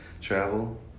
travel